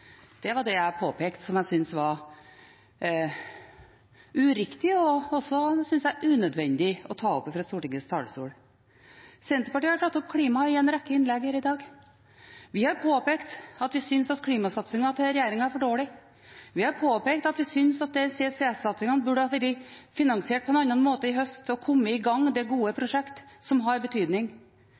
Det var det jeg påpekte, og som jeg syntes var uriktig – og også unødvendig – å ta opp fra Stortingets talerstol. Senterpartiet har tatt opp klima i en rekke innlegg her i dag. Vi har påpekt at vi synes klimasatsingen til regjeringen er for dårlig. Vi har påpekt at vi synes at CCS-satsingen burde ha vært finansiert på en annen måte i høst og kommet i gang. Dette er gode prosjekter, som har betydning.